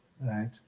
right